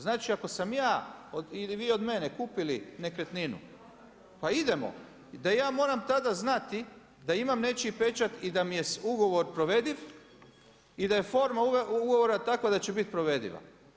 Znači ako sam ja ili vi od mene kupili nekretninu, pa idemo, da ja moram tada znati da imam nečiji pečat i da mi je ugovor provediv i da je forma ugovora takva da će biti provediva.